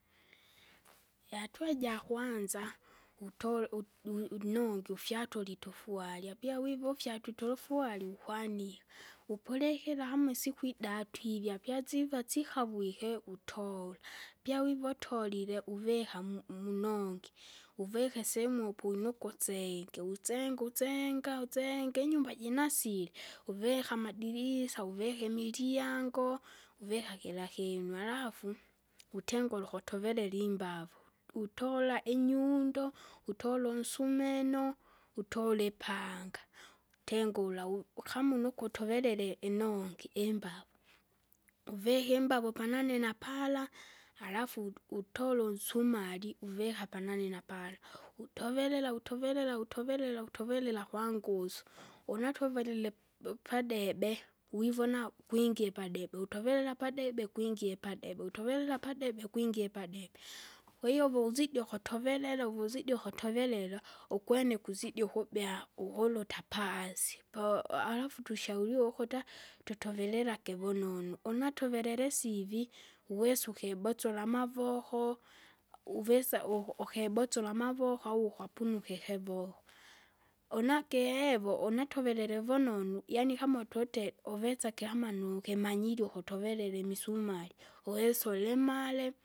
ihatua jakwanza utole udui- unongi ifyatule itofwari, apyawivu ufyatwe itorofwari wukwanika, wupulikira kam isiku idatu ivi, apyasiva sikavwike utola, pyawiva utolile uvika mu- munongi, uvike sehemu puinukusenge usenge usenga usenge inyumba jinasile. Uvika amadirisa, uvika imiliango, uvika kira kinu alafu, utengure ukutoverera imbavu, utola inyundo, utola unsumeno, utola ipanga. Utengula, u- ukamine ukutoverela inongi imbavu, uvika imbavu panane napala, alafu uto- utola unsumari, uvika panani napala, utoverela utoverela utoverela utoverela kwangusu. Unatoverile bu- padebe, vivona ukwingie padebe utoverela pabebe kwingie badebe utoverela padebe kwingie padebe. Kwahiyo vouzidi ukutoverela uvuzidi ukutoverela, ukwene kuzidi ukubya kuhuruta paasi. Po alafu tushauriwe ukuta, tutoverelake vunonu, unatoverele sivi uwesa ukibosola amavoko, uvesa u- ukibotsola amavoko au ukapunuke ikivoko. Unakehevo unatoverere vonunu yaani kama utute uvesa kyamanu kimanyiri ukutoverera imisumari, uwesa ulimare.